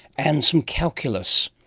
and some calculus.